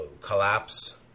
collapse